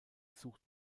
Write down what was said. sucht